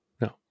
No